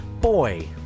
Boy